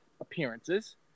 appearances